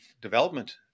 development